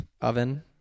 oven